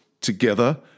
together